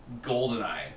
Goldeneye